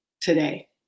today